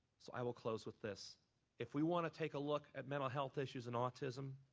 so i will close with this if we want to take a look at mental health issues in autism,